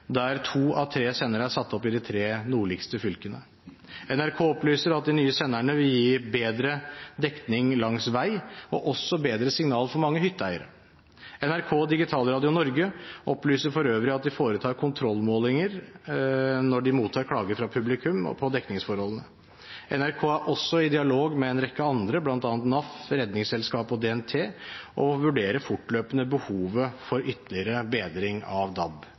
der to av tre sendere er satt opp i de tre nordligste fylkene. NRK opplyser at de nye senderne vil gi bedre dekning langs vei og også bedre signal for mange hytteeiere. NRK og Digitalradio Norge opplyser for øvrig at de foretar kontrollmålinger når de mottar klager fra publikum på dekningsforholdene. NRK er også i dialog med en rekke andre, bl.a. NAF, Redningsselskapet og DNT, og vurderer fortløpende behovet for ytterligere bedring av